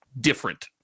different